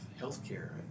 healthcare